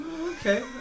okay